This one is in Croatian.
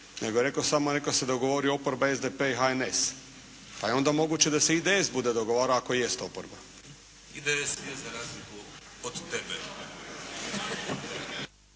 nego je rekao samo neka se dogovori oporba SDP i HNS, pa je onda moguće da se IDS bude dogovarao ako jest oporba. **Bebić, Luka